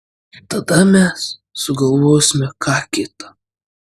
tada mes sugalvosime ką kita